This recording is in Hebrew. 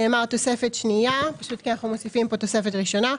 נאמר "תוספת שנייה"; פשוט כי אנחנו מוסיפים פה תוספת ראשונה.